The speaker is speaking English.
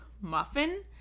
muffin